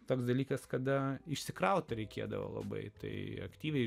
toks dalykas kada išsikrauti reikėdavo labai tai aktyviai